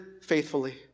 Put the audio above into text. faithfully